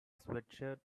sweatshirt